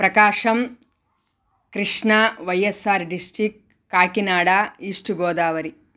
Prakasam Krishna YSR district Kakinada east Godavari